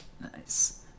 Nice